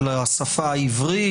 על השפה העברית,